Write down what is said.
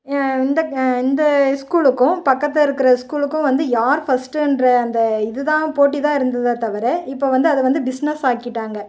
இந்த இந்த ஸ்கூலுக்கும் பக்கத்தில் இருக்கிற ஸ்கூலுக்கும் வந்து யார் ஃபஸ்ட்டுன்ற அந்த இது தான் போட்டிதான் இருந்ததே தவிர இப்போ வந்து அதை வந்து பிஸ்னஸ் ஆக்கிட்டாங்க